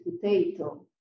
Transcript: potato